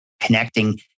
Connecting